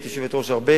היית יושבת-ראש הרבה